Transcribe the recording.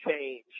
change